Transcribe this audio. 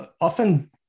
often